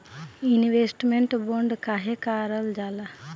Investment bond काहे कारल जाला?